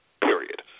Period